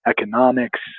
economics